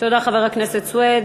תודה, חבר הכנסת סוייד.